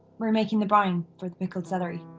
we're making the brine with pickled celery